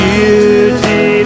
Beauty